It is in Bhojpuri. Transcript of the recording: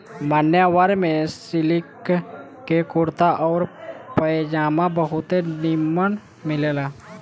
मान्यवर में सिलिक के कुर्ता आउर पयजामा बहुते निमन मिलेला